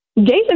Jason